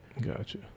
Gotcha